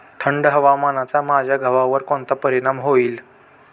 थंड हवामानाचा माझ्या गव्हावर कोणता परिणाम होईल?